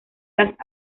las